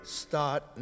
start